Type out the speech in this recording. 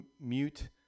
Mute